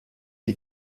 die